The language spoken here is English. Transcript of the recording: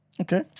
Okay